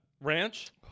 Ranch